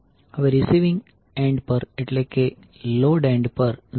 હવે receiving end પર અટલે કે લોડ એન્ડ પર Zp10j812